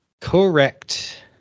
Correct